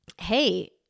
hey